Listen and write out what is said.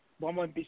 vamos